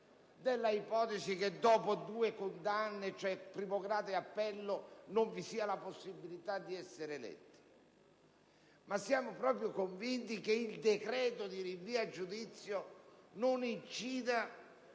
dell'ipotesi che dopo due condanne, in primo grado e in appello, non vi sia possibilità di essere eletti, ma siamo proprio convinti che il decreto di rinvio a giudizio non incida